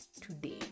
today